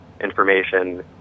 information